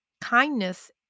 Kindness